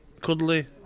cuddly